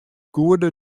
goede